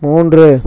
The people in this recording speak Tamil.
மூன்று